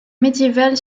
médiévale